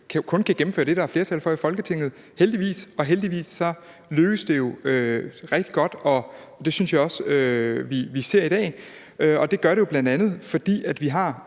kun kan gennemføre det, der er flertal for i Folketinget – heldigvis. Og heldigvis lykkes det jo rigtig godt, og det synes jeg også vi ser i dag. Og det gør det jo bl.a., fordi vi er